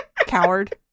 Coward